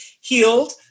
healed